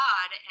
God